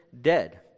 dead